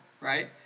right